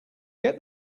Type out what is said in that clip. get